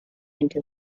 into